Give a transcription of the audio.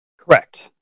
Correct